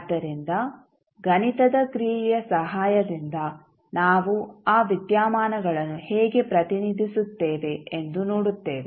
ಆದ್ದರಿಂದ ಗಣಿತದ ಕ್ರಿಯೆಯ ಸಹಾಯದಿಂದ ನಾವು ಆ ವಿದ್ಯಮಾನಗಳನ್ನು ಹೇಗೆ ಪ್ರತಿನಿಧಿಸುತ್ತೇವೆ ಎಂದು ನೋಡುತ್ತೇವೆ